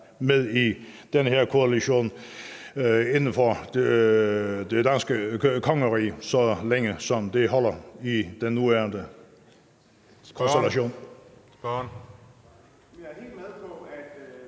med i den her koalition inden for det danske kongerige, så længe som det holder i den nuværende konstellation.